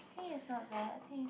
think it's not bad think it's